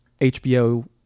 hbo